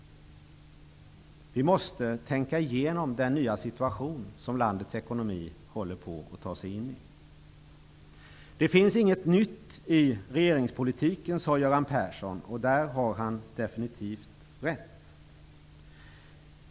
Vi måste tänka igenom den nya situation som landets ekonomi håller på att ta sig in i. Det finns inget nytt i regeringspolitiken, sade Göran Persson. Han har definitivt rätt.